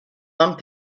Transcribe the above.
one